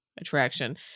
Attraction